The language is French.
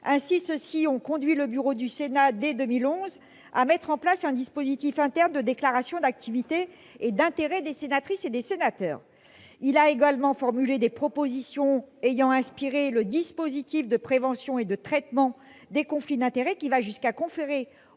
d'intérêts. Ils ont conduit le bureau du Sénat, dès 2011, à mettre en place un dispositif interne de déclarations d'activités et d'intérêts des sénatrices et des sénateurs. Ont également été formulées des propositions ayant inspiré le dispositif de prévention et de traitement des conflits d'intérêts, qui va jusqu'à conférer